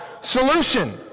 solution